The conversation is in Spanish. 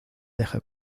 deja